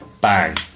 bang